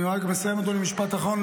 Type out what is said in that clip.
אני רק מסיים, אדוני, עם משפט אחרון.